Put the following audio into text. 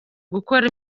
gukora